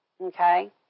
Okay